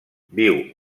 viu